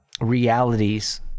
realities